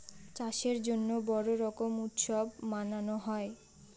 চাষের জন্য বড়ো রকম উৎসব মানানো হয়